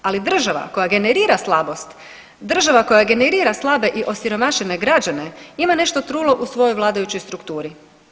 Ali država koja generira slabost, država koja generira slabe i osiromašene građane ima nešto trulo u svojoj vladajućoj strukturi.